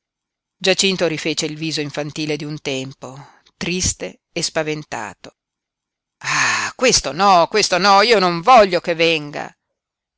dirti giacinto rifece il viso infantile di un tempo triste e spaventato ah questo no questo no io non voglio che venga